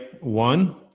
one